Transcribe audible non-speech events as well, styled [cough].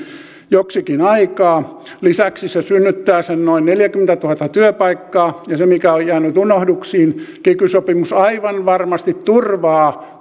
joksikin aikaa lisäksi se synnyttää sen noin neljäkymmentätuhatta työpaikkaa ja se mikä on jäänyt unohduksiin kiky sopimus aivan varmasti turvaa [unintelligible]